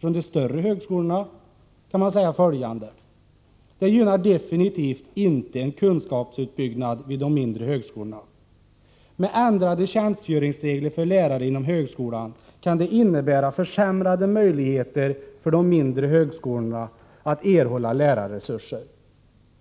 från de större högskolorna vill jag säga följande. Det gynnar definitivt inte en kunskapsutbyggnad vid de mindre högskolorna. Med ändrade tjänstgöringsregler för lärare inom högskolan kan det innebära försämrade möjligheter för de mindre högskolorna att erhålla lärarresurser.